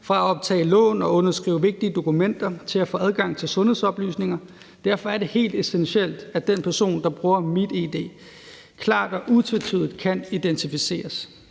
fra at optage lån og underskrive vigtige dokumenter til at få adgang til sundhedsoplysninger. Derfor er det helt essentielt, at den person, der bruger MitID, klart og utvetydigt kan identificeres.